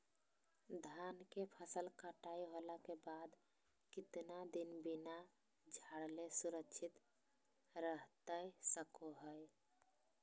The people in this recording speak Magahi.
धान के फसल कटाई होला के बाद कितना दिन बिना झाड़ले सुरक्षित रहतई सको हय?